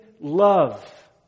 love